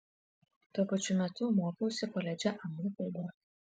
tuo pačiu metu mokiausi koledže anglų kalbos